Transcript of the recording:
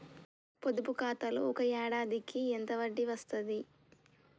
పొదుపు ఖాతాలో ఒక ఏడాదికి ఎంత వడ్డీ వస్తది?